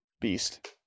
Beast